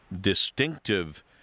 distinctive